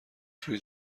توی